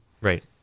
Right